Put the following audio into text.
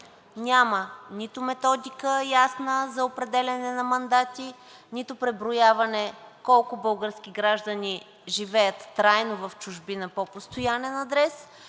няма нито ясна методика за определяне на мандати, нито преброяване колко български граждани живеят трайно в чужбина по постоянен адрес,